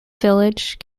village